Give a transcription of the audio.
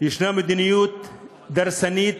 יש מדיניות דורסנית,